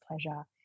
pleasure